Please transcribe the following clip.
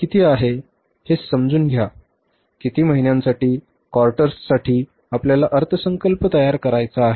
किती महिन्यासाठी क्वार्टर्ससाठी आपल्याला अर्थसंकल्प तयार करायचा आहे